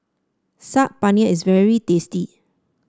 Saag Paneer is very tasty